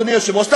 אדוני היושב-ראש,